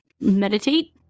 meditate